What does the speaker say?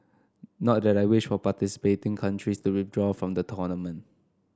not that I wish for participating countries to withdraw from the tournament